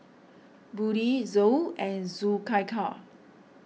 Budi Zul and Zulaikha